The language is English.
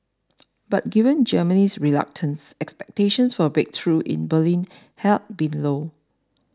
but given Germany's reluctance expectations for a breakthrough in Berlin had been low